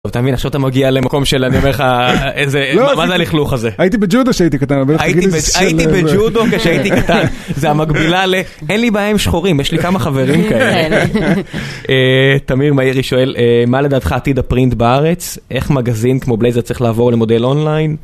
אתה מבין, עכשיו אתה מגיע למקום של, אני אומר לך, איזה, מה זה הלכלוך הזה? הייתי בג'ודו כשהייתי קטן, אבל תגיד איזה... הייתי בג'ודו כשהייתי קטן, זו המקבילה לאין לי בעיה עם שחורים, יש לי כמה חברים כאלה. תמיר מאירי שואל, מה לדעתך עתיד הפרינט בארץ? איך מגזין כמו בלייזר צריך לעבור למודל אונליין?